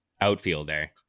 outfielder